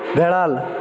বেড়াল